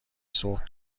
سوخت